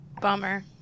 Bummer